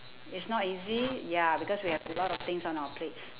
it's not easy ya because we have a lot of things on our plates